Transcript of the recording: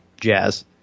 jazz